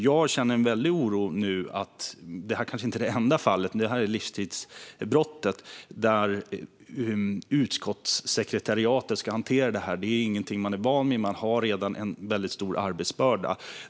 Jag känner en väldig oro nu över att detta kanske inte är det enda fallet. Det gäller livstidsbrottet, som utskottssekretariatet ska hantera. Detta är inget man är van vid, och man har redan en stor arbetsbörda.